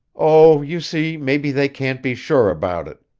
oh, you see, maybe they can't be sure about it.